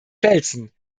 velzen